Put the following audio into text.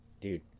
Dude